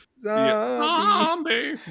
Zombie